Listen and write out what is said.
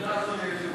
אדוני היושב-ראש.